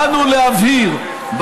באנו להבהיר,